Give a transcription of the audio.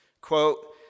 Quote